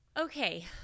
Okay